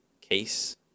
case